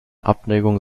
abneigung